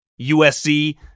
USC